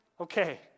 okay